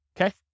okay